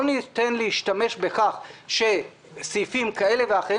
לא ניתן להשתמש בכך שסעיפים כאלה ואחרים